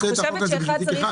עושה את החוק הזה בשביל תיק אחד.